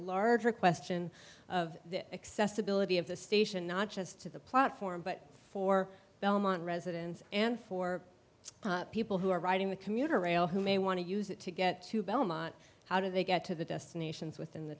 larger question of accessibility of the station not just to the platform but for belmont residents and for people who are riding the commuter rail who may want to use it to get to belmont how do they get to the destinations within the